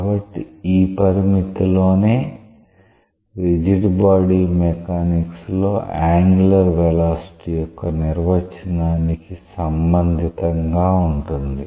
కాబట్టి ఈ పరిమితిలోనే రిజిడ్ బాడీ మెకానిక్స్ లో యాంగులర్ వెలాసిటీ యొక్క నిర్వచనానికి సంబంధితంగా ఉంటుంది